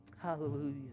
hallelujah